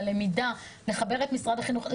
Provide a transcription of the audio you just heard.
הלמידה, לחבר את משרד החינוך.